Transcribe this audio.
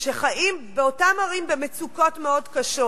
שחיים באותן ערים במצוקות מאוד קשות.